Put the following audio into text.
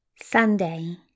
Sunday